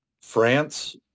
France